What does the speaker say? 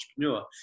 entrepreneur